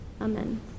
Amen